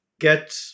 get